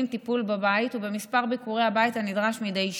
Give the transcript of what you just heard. טיפול בבית ובמספר ביקורי הבית הנדרש מדי שנה.